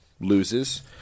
loses